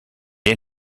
est